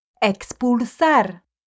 Expulsar